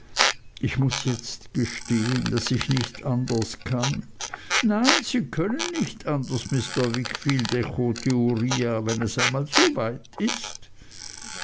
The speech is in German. ich muß jetzt gestehen da ich nicht anders kann nein sie können nicht anders mr wickfield echoete uriah wenn es einmal soweit ist